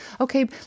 Okay